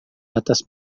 atas